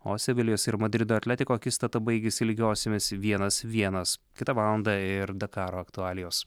o sevilijos ir madrido atletiko akistata baigėsi lygiosiomis vienas vienas kitą valandą ir dakaro aktualijos